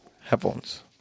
Headphones